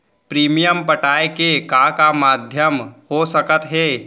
Premium पटाय के का का माधयम हो सकत हे?